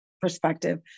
perspective